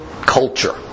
culture